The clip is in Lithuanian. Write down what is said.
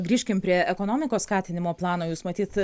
grįžkim prie ekonomikos skatinimo plano jūs matyt